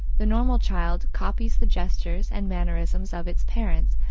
the normal child copies the gestures and mannerisms of its parents,